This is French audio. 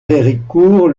héricourt